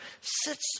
sits